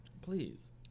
please